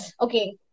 okay